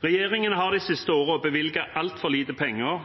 Regjeringen har de siste årene bevilget altfor lite penger